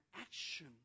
action